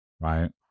right